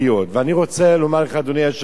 ואני רוצה לומר לך, אדוני היושב-ראש,